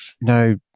no